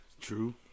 True